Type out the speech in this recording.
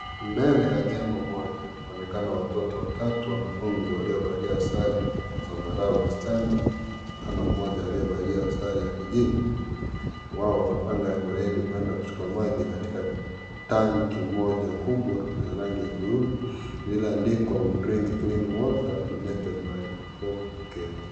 Mbele ya jengo moja, wanaonekana watoto wanafunzi waliovalia sare ya zambarao wasichana, mvulana mmoja aliyevalia sare ya kijivu wao wakipanga foleni kuenda kuchukua maji katika tanki moja kubwaa ya rangi ya bluu iliyoandikwa (CS)we drink clean water donated by home care(CS ).